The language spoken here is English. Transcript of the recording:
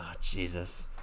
Jesus